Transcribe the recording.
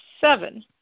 seven